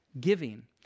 giving